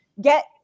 Get